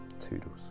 Toodles